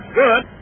good